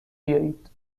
بیایید